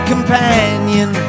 companion